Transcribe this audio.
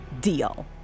deal